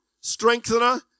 strengthener